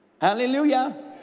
Hallelujah